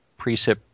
precip